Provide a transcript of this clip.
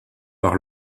par